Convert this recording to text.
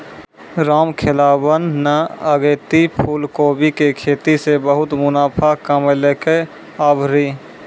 रामखेलावन न अगेती फूलकोबी के खेती सॅ बहुत मुनाफा कमैलकै आभरी